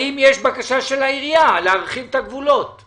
אני